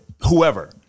whoever